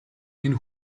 энэ